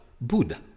Buddha